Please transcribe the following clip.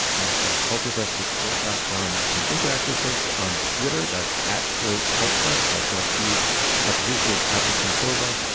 at ah culture fest at slate dot com, you can interact with this on twitter. that's at slate kulp fest. that's our feed our producers, cotchett combover,